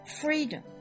freedom